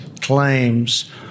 claims